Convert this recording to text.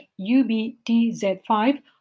ubtz5